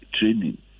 training